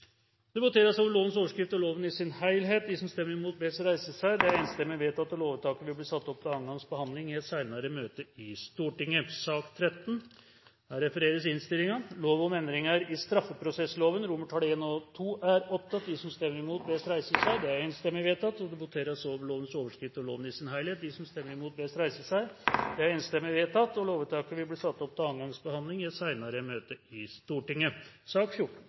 Det voteres over komiteens innstilling til I, § 216 i første ledd tredje punktum. Det voteres over komiteens innstilling til de øvrige paragrafer under I, unntatt § 28 fjerde ledd, og II og III. Det voteres over lovens overskrift og loven i sin helhet. Lovvedtaket vil bli satt opp til annen gangs behandling i et senere møte i Stortinget. Det voteres over lovens overskrift og loven i sin helhet. Lovvedtaket vil bli ført opp til annen gangs behandling i et senere møte i Stortinget.